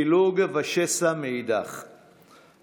פילוג ושסע מאידך גיסא.